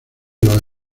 los